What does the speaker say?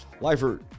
Lifer